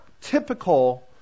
typical